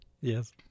Yes